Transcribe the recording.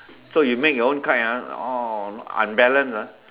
so you make your own kite ah oh unbalanced ah